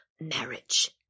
marriage